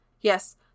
Yes